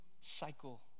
cycle